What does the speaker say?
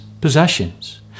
possessions